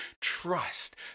trust